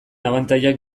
abantailak